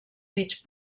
mig